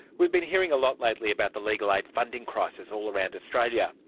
we've been hearing a lot lately about the legal aid funding crisis all around australia.